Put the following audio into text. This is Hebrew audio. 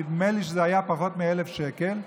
נדמה לי שזה היה פחות מ-1,000 שקל,